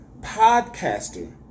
podcaster